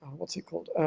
what's it called,